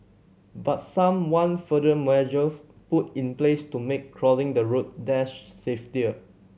but some want further measures put in place to make crossing the road there safety